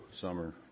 summer